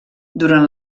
durant